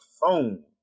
phone